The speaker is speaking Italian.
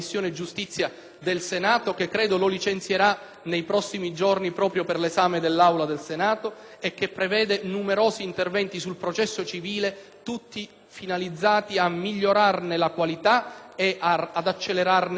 del Senato, che credo lo licenzierà nei prossimi giorni per l'esame dell'Aula, che prevede numerosi interventi sul processo civile, tutti finalizzati a migliorarne la qualità e ad accelerarne gli esiti.